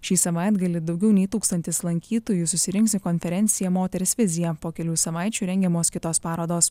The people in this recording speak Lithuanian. šį savaitgalį daugiau nei tūkstantis lankytojų susirinks į konferenciją moters vizija po kelių savaičių rengiamos kitos parodos